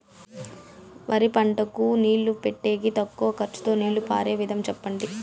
వరి పంటకు నీళ్లు పెట్టేకి తక్కువ ఖర్చుతో నీళ్లు పారే విధం చెప్పండి?